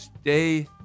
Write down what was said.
stay